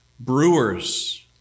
Brewers